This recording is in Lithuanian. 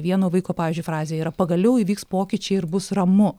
vieno vaiko pavyzdžiui frazė yra pagaliau įvyks pokyčiai ir bus ramu